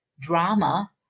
drama